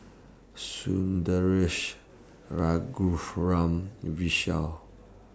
Sundaresh Raghuram Vishal